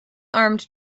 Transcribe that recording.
armed